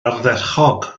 ardderchog